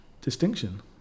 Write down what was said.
distinction